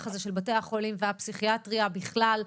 הזה של בתי החולים והפסיכיאטריה בכלל,